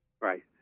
Right